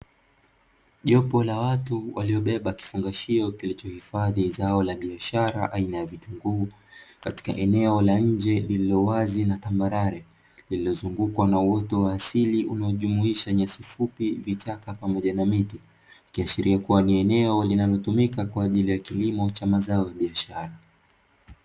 Jopo la watu waliobeba kifungashio kilichohifadhi zao la biashara aina ya vitunguu, katika eneo la nje lililo wazi na tambarare. Lililozungukwa na uoto wa asili unaojumuisha nyasi fupi, vichaka pamoja na miti. Ikiashiria kuwa ni eneo linalotumika kwa ajili ya kilimo cha mazao ya biashara.